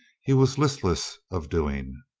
he was listless of doing.